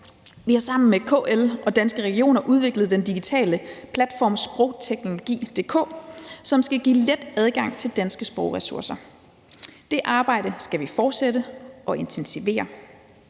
Vi har sammen med KL og Danske Regioner udviklet den digitale platform sprogteknologi.dk, som skal give let adgang til danske sprogressourcer. Det arbejde skal vi fortsætte og intensivere.